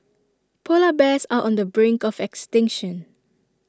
Polar Bears are on the brink of extinction